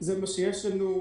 זה מה שיש לנו.